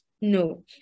no